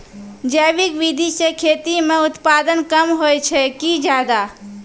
जैविक विधि से खेती म उत्पादन कम होय छै कि ज्यादा?